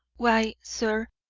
why, sir,